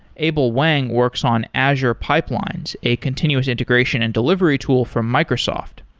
abel wang works on azure pipelines, a continuous integration and delivery tool for microsoft.